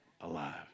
alive